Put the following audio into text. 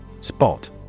Spot